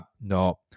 no